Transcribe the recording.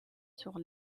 sur